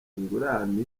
ingurane